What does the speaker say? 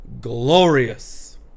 glorious